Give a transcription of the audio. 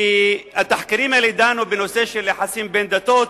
שדנו בנושא של יחסים בין דתות,